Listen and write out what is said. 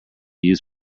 used